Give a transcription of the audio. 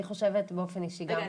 אני חושבת באופן אישי גם -- רגע,